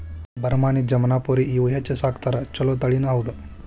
ಬರಬಾನಿ, ಜಮನಾಪುರಿ ಇವ ಹೆಚ್ಚ ಸಾಕತಾರ ಚುಲೊ ತಳಿನಿ ಹೌದ